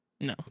no